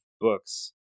books